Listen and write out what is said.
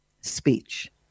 speech